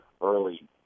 early